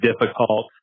difficult